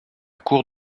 court